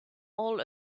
all